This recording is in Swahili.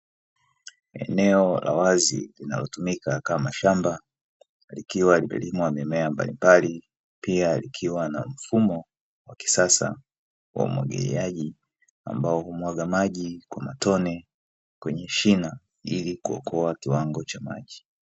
Eneo la wazi linalotumika kama shamba likiwa limepandwa mimea mbalimbali, pia likiwa na mfumo wa kisasa wa umwagiliaji, ambao humwaga maji kwa matone kwenye shina, ili kuokoa kiwango cha maji.